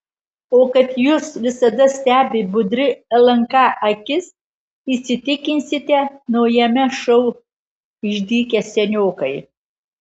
o kad jus visada stebi budri lnk akis įsitikinsite naujame šou išdykę seniokai